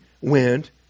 went